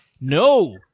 No